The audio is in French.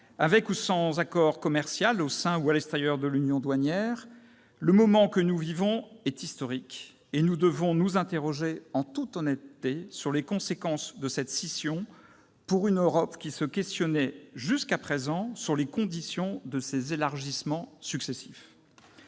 avec ou sans accord commercial, au sein ou à l'extérieur de l'Union douanière, le moment que nous vivons est historique et nous devons nous interroger, en toute honnêteté, sur les conséquences de cette scission pour une Europe qui se questionnait, jusqu'à présent, sur les conditions de ses élargissements successifs.